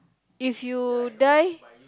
if you die